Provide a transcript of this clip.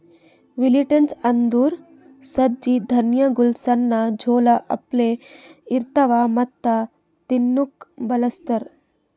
millets ಅಂದುರ್ ಸಜ್ಜಿ ಧಾನ್ಯಗೊಳ್ ಸಣ್ಣ ಜೋಳ ಅಪ್ಲೆ ಇರ್ತವಾ ಮತ್ತ ತಿನ್ಲೂಕ್ ಬಳಸ್ತಾರ್